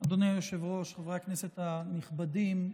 היושב-ראש, חברי הכנסת הנכבדים,